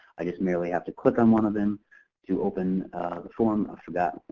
i just merely have to click on one of them to open the form after that.